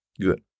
Good